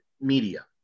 Media